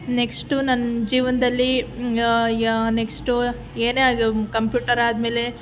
next ನನ್ನ ಜೀವನದಲ್ಲಿ next ಏನೇ ಆಗ್ಲಿ ಕಂಪ್ಯೂಟರ್ ಆದ್ಮೇಲೆ